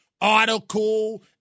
article